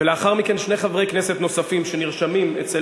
ולאחר מכן שני חברי כנסת נוספים שנרשמים אצל